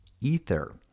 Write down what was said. Ether